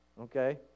Okay